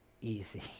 easy